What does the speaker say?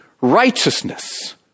righteousness